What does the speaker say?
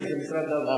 כי זה משרד ההסברה,